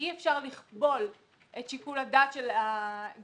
שאי אפשר לכבול את שיקול הדעת של הגורמים